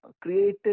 created